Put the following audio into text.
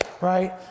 right